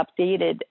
updated